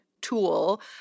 Tool